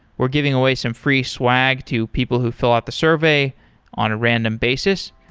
we're giving away some free swag to people who fill out the survey on a random basis.